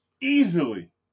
easily